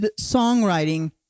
songwriting